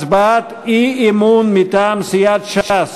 הצבעת אי-אמון מטעם סיעת ש"ס,